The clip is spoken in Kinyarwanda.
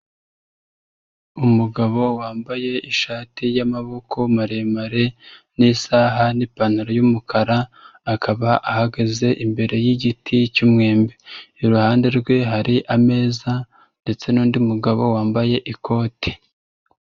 Umugabo wambaye ishati y'amaboko maremare n'isaha n'ipantaro y'umukara akaba ahagaze imbere y'igiti cy'umwembe, iruhande rwe hari ameza ndetse n'undi mugabo wambaye ikote.